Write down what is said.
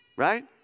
right